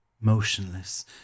motionless